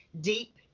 deep